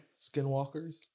skinwalkers